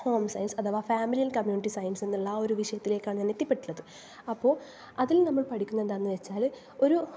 home science അഥവാ family community science എന്നുള്ള ആ ഒരു വിഷയത്തിലേക്കാണ് ഞാൻ എത്തപ്പെട്ടിട്ടുള്ളത് അപ്പോൾ അതിൽ നമ്മൾ പഠിക്കുന്ന എന്താണെന്ന് വച്ചാൽ ഒരു